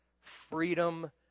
freedom